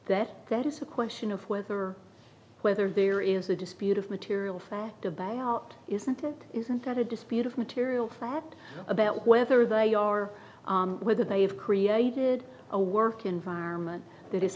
that there is a question of whether whether there is a dispute of material fact about isn't it isn't that a dispute of material fact about whether they are whether they've created a work environment that is